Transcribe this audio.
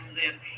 live